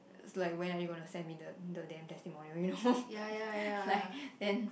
it's like when are you gonna send me the the damn testimonial you know it's like then